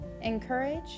encourage